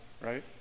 right